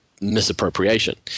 misappropriation